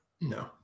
No